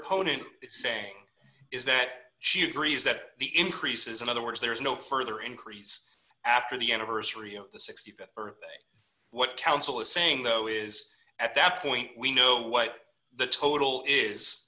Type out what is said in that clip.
opponent saying is that she agrees that the increases in other words there is no further increase after the anniversary of the th birthday what counsel is saying though is at that point we know what the total is